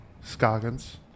Scoggins